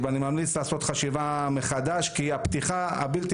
אני ממליץ לעשות חשיבה מחדש כי הפתיחה הבלתי